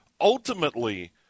Ultimately